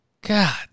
God